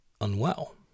unwell